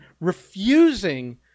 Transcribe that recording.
refusing